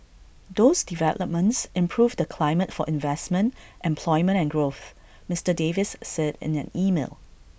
those developments improve the climate for investment employment and growth Mister Davis said in an email